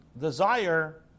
desire